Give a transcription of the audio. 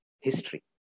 history